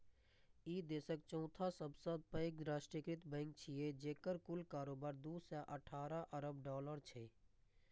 ई देशक चौथा सबसं पैघ राष्ट्रीयकृत बैंक छियै, जेकर कुल कारोबार दू सय अठारह अरब डॉलर छै